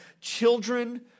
children